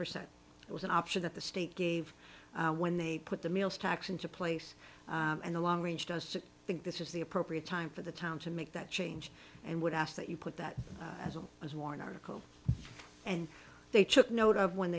percent it was an option that the state gave when they put the meals tax into place and the long range does think this is the appropriate time for the town to make that change and would ask that you put that as well as warren article and they took note of when